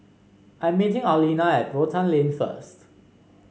I'm meeting Arlena at Rotan Lane first